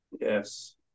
Yes